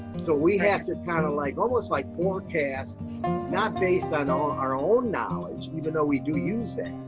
so we have to kind of like almost like forecast not based on on our own knowledge, even though we do use that,